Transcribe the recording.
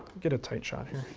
get a tight shot here.